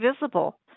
visible